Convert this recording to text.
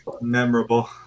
memorable